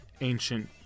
ancient